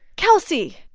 kelsey,